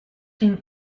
chi